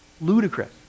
Ludicrous